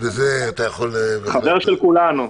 חבר של כולנו.